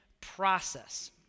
process